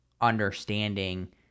understanding